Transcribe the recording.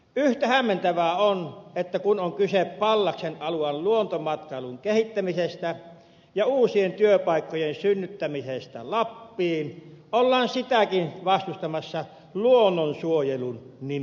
yhtä hämmentävää on että kun on kyse pallaksen alueen luontomatkailun kehittämisestä ja uusien työpaikkojen synnyttämisestä lappiin ollaan sitäkin vastustamassa luonnonsuojelun nimissä